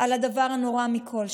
על הדבר הנורא מכול?